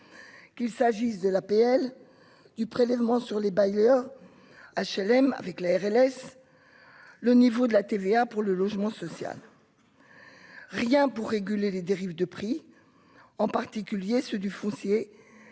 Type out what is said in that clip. qu'il s'agisse de l'APL du prélèvement sur les bailleurs HLM avec la MLS le niveau de la TVA pour le logement social, rien pour réguler les dérives de prix, en particulier ceux du foncier